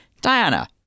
diana